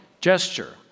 gesture